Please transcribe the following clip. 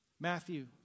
Matthew